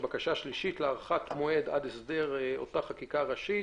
בקשה שלישית להארכת מועד עד הסדר החקיקה הראשיות.